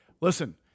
Listen